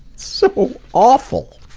so awful!